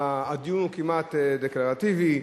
הדיון הוא כמעט דקלרטיבי,